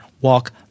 walk